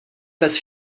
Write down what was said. bez